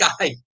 guy